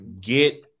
Get